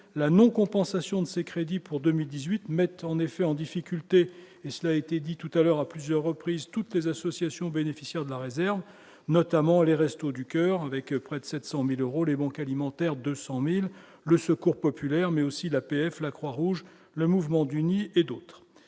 la non-compensation de ces crédits pour 2018, en effet, en difficulté, et cela a été dit tout à l'heure à plusieurs reprises, toutes les associations bénéficiaires de la réserve notamment les Restos du coeur avec près de 700000 euros, les banques alimentaires 200000 le Secours populaire, mais aussi l'APF, la Croix-Rouge, le mouvement du nid et d'autres